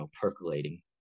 percolating